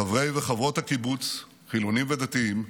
חברי וחברות הקיבוץ, חילונים ודתיים,